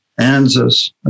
ANZUS